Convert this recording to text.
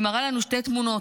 היא מראה לנו שתי תמונות,